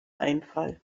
einfall